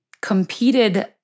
competed